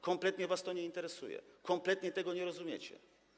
Kompletnie was to nie interesuje, kompletnie tego nie rozumiecie.